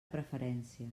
preferència